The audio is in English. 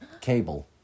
Cable